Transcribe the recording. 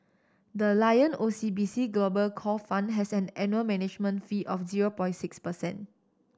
the Lion O C B C Global Core Fund has an annual management fee of zero point six percent